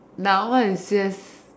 now it's just